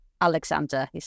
Alexander